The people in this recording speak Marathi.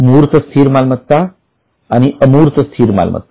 मूर्त स्थिर मालमत्ता आणि अमूर्त स्थिर मालमत्ता